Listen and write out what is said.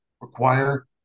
require